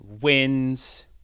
wins